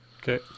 Okay